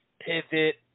pivot